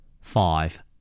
five